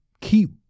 keep